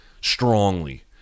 strongly